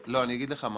אגיד לך משהו,